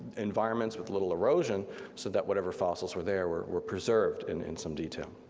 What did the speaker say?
environments with little erosion so that whatever fossils were there were were preserved in in some detail.